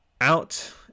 out